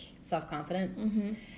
self-confident